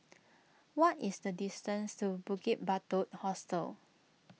what is the distance to Bukit Batok Hostel